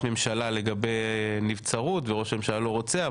ממשלה לגבי נבצרות וראש הממשלה לא רוצה,